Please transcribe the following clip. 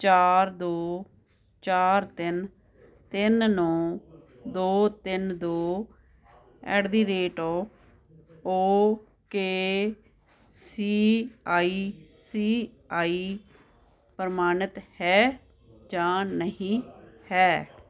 ਚਾਰ ਦੋ ਚਾਰ ਤਿੰਨ ਤਿੰਨ ਨੌ ਦੋ ਤਿੰਨ ਦੋ at the rate of okay C I C I ਪ੍ਰਮਾਣਿਤ ਹੈ ਜਾਂ ਨਹੀਂ ਹੈ